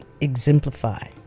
exemplify